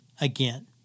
again